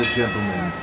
gentlemen